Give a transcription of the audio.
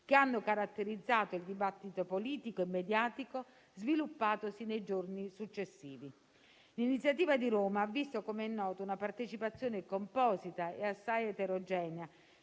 che hanno caratterizzato il dibattito politico e mediatico sviluppatosi nei giorni successivi. L'iniziativa di Roma ha visto - come è noto - una partecipazione composita e assai eterogenea.